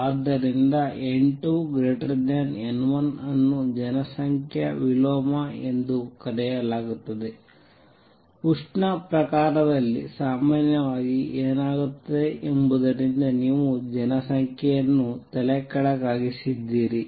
ಆದ್ದರಿಂದ n2 n1 ಅನ್ನು ಜನಸಂಖ್ಯಾ ವಿಲೋಮ ಎಂದು ಕರೆಯಲಾಗುತ್ತದೆ ಉಷ್ಣ ಪ್ರಕರಣದಲ್ಲಿ ಸಾಮಾನ್ಯವಾಗಿ ಏನಾಗುತ್ತದೆ ಎಂಬುದರಿಂದ ನೀವು ಜನಸಂಖ್ಯೆಯನ್ನು ತಲೆಕೆಳಗಾಗಿಸಿದ್ದೀರಿ